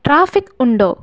traffic ഉണ്ടോ